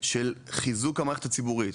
של חיזוק המערכת הציבורית.